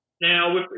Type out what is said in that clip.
Now